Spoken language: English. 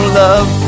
love